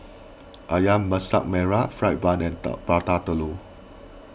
Ayam Masak Merah Fried Bun and Dao Prata Telur